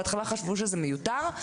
בהתחלה חשבו שזה מיותר,